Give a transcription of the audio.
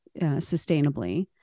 sustainably